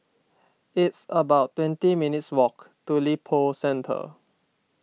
it's about twenty minutes' walk to Lippo Centre